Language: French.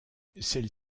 celles